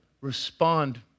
respond